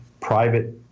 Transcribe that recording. private